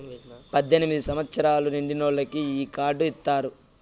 పద్దెనిమిది సంవచ్చరాలు నిండినోళ్ళకి ఈ కార్డు ఇత్తారు